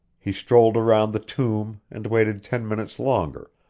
he strolled around the tomb and waited ten minutes longer,